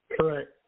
Correct